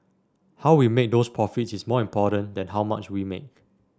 how we make those profits is more important than how much we make